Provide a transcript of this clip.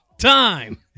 time